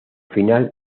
final